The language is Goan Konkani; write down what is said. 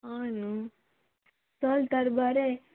हय न्हू चल तर बरें